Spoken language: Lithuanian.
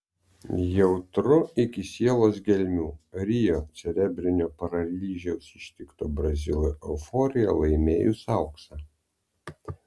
jautru iki sielos gelmių rio cerebrinio paralyžiaus ištikto brazilo euforija laimėjus auksą